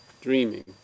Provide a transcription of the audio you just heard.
dreaming